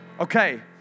Okay